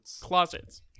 Closets